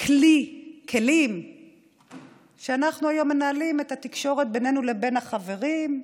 כלים שאנחנו היום מנהלים איתם את התקשורת בינינו לבין החברים,